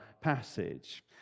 passage